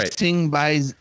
right